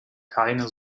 keine